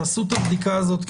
תעשו את הבדיקה הזאת.